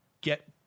get